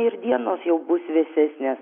ir dienos jau bus vėsesnės